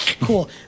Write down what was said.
Cool